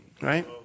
right